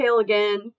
again